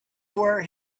were